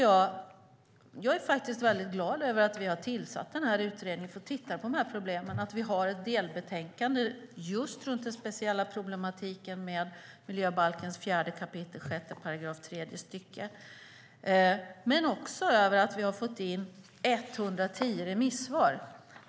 Jag är glad över att vi har tillsatt den här utredningen för att titta på problemen och att vi har ett delbetänkande just runt den speciella problematiken med 4 kap. 6 § tredje stycket miljöbalken men också att vi har fått in 110 remissvar.